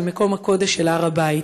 אל מקום הקודש של הר הבית.